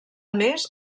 més